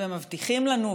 ומבטיחים לנו,